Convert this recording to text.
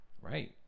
Right